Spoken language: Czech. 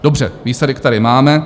Dobře, výsledek tady máme.